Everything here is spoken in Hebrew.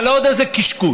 על עוד איזה קשקוש,